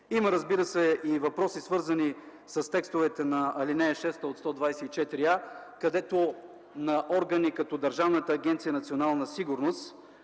Има, разбира се, и въпроси, свързани с текстовете на ал. 6 на чл. 124а, където на органи като Държавна агенция „Национална сигурност”,